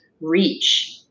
reach